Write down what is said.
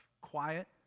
quiet